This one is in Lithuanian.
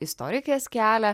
istorikės kelią